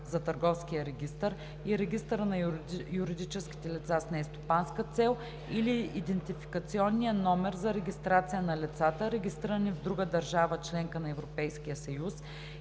за търговския регистър и регистъра на юридическите лица с нестопанска цел, или идентификационния номер за регистрация на лицата, регистрирани в друга държава – членка на Европейския съюз,